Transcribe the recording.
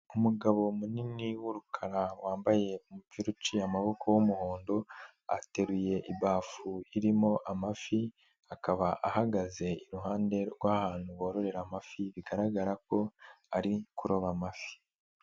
Umugabo munini w'urukara wambaye umupiru uciye amaboko w'umuhondo, ateruye ibafu irimo amafi akaba ahagaze iruhande rw'ahantu bororera amafi, bigaragara ko ari kuroba amafi.